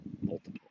multiple